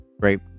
great